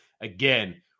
Again